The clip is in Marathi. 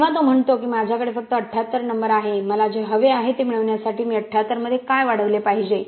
किंवा तो म्हणतो की माझ्याकडे फक्त 78 नंबर आहे मला जे हवे आहे ते मिळवण्यासाठी मी 78 मध्ये काय वाढवले पाहिजे